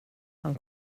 han